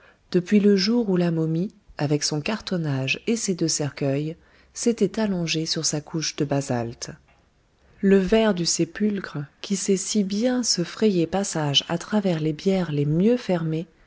depuis le jour où la momie avec son cartonnage et ses deux cercueils s'était allongée sur sa couche de basalte le ver du sépulcre qui sait si bien se frayer passage à travers les bières les mieux fermées